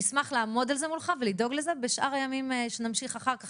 נשמח לעמוד בקשר על זה מולך ולדאוג לזה בשאר הימים שנמשיך אחר כך.